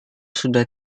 sudah